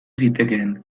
zitekeen